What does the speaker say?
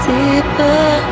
Deeper